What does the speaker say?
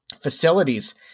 facilities